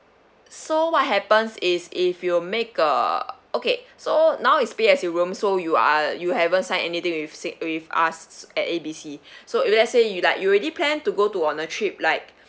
so what happens is if you make a okay so now is pay as you roam so you are you haven't sign anything with us at A B C so if let's say you like you already plan to go to on a trip like